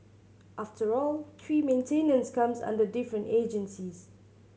after all tree maintenance comes under different agencies